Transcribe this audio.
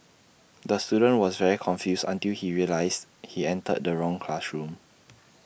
the student was very confused until he realised he entered the wrong classroom